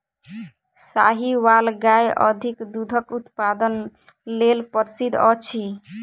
साहीवाल गाय अधिक दूधक उत्पादन लेल प्रसिद्ध अछि